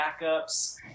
backups